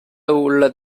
உள்ள